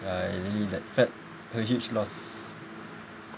I really like felt a huge loss